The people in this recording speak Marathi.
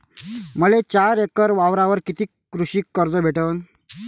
मले चार एकर वावरावर कितीक कृषी कर्ज भेटन?